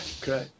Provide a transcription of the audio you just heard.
great